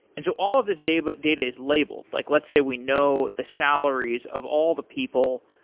and so all of these data but data is labeled. like let's say we know the salaries of all the people.